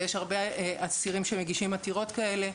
ויש הרבה אסירים שמגישים עתירות כאלה.